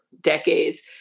decades